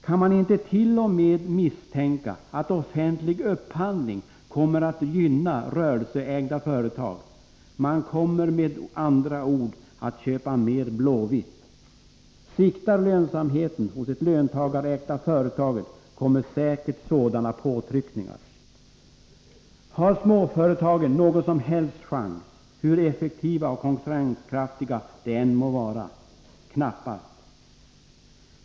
Kan man inte t.o.m. misstänka att offentlig upphandling kommer att gynna ”rörelseägda” företag? Man kommer med andra ord att köpa mer blå-vitt. Sviktar lönsamheten hos det löntagarägda företaget kommer säkert sådana påtryckningar. Har småföretagen någon som helst chans, hur effektiva och konkurrenskraftiga de än må vara? Knappast.